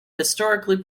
historically